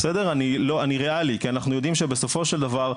אני ריאלי כי אנחנו יודעים שבסופו של דבר,